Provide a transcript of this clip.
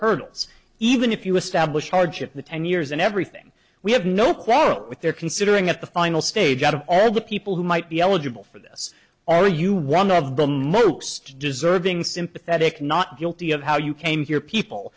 hurdles even if you establish hardship the ten years and everything we have no quarrel with their considering at the final stage out of all the people who might be eligible for this are you one of the most deserving sympathetic not guilty of how you came here people